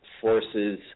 forces